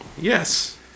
Yes